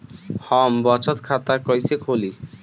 हम बचत खाता कइसे खोलीं?